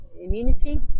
immunity